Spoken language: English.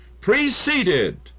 preceded